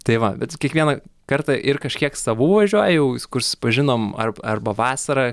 tai va bet kiekvieną kartą ir kažkiek savų važiuoja jau kur susipažinom arb arba vasarą